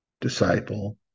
disciple